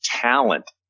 talent